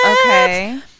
Okay